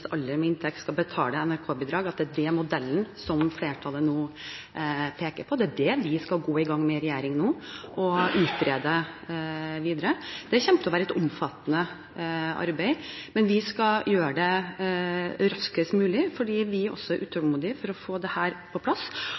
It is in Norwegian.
med inntekt skal betale NRK-bidrag, at det er den modellen som flertallet nå peker på. Det er det regjeringen nå skal gå i gang med å utrede videre. Det kommer til å være et omfattende arbeid, men vi skal gjøre det raskest mulig for vi er også utålmodig etter å få dette på plass.